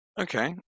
Okay